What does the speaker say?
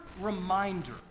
reminder